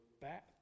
back